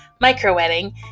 micro-wedding